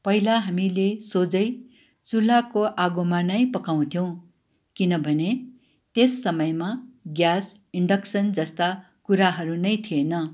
पहिला हामीले सोझै चुल्हाको आगोमा नै पकाउँथ्यौँ किनभने त्यस समयमा ग्यास इन्डक्सन जस्ता कुराहरू नै थिएन